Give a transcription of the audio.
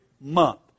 month